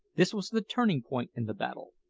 this was the turning-point in the battle.